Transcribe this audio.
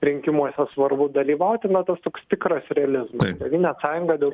rinkimuose svarbu dalyvauti na toks tas tikras realizmas tėvynės sąjunga dėl